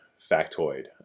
factoid